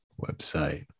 website